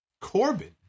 Corbin